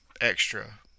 extra